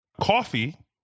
coffee